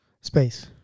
Space